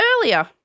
earlier